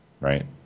Right